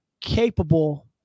capable